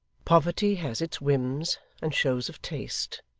poverty has its whims and shows of taste,